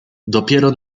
dopiero